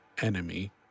enemy